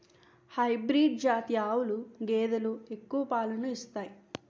hybrid జాతి ఆవులు గేదెలు ఎక్కువ పాలను ఇత్తాయి